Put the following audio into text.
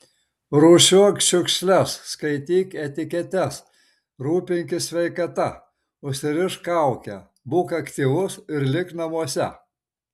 rūšiuok šiukšles skaityk etiketes rūpinkis sveikata užsirišk kaukę būk aktyvus ir lik namuose